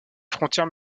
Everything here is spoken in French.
frontière